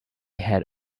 had